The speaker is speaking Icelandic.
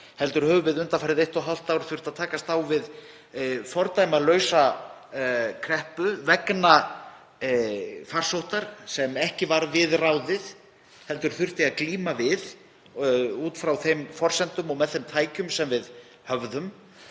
heldur höfum við undanfarið eitt og hálft ár þurft að takast á við fordæmalausa kreppu vegna farsóttar sem ekki varð við ráðið heldur þurfti að glíma hana við út frá þeim forsendum og með þeim tækjum sem við höfðum.